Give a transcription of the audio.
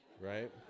right